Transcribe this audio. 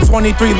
23